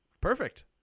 Perfect